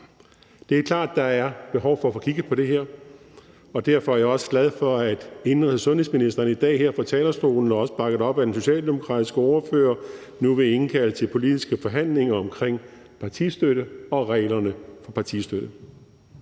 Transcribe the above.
Det er klart, at der er behov for at få kigget på det her, og derfor er jeg også glad for, at indenrigs- og sundhedsministeren i dag her fra talerstolen – også bakket op af den socialdemokratiske ordfører – nu vil indkalde til politiske forhandlinger omkring partistøtte og reglerne for partistøtte.